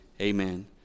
Amen